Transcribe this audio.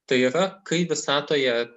tai yra kai visatoje